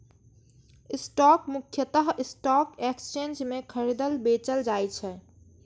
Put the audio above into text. stock मुख्यतः stock exchange मे खरीदल, बेचल जाइ छै